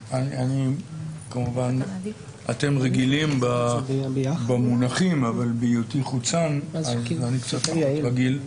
אתם רגילים במונחים אבל בהיותי חוצן אני לא רגיל.